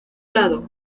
lado